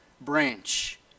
branch